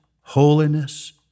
holiness